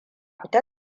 fita